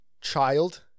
child